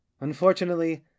Unfortunately